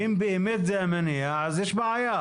ואם באמת זה המניע, אז יש בעיה.